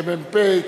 כמ"פ,